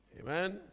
Amen